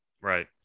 Right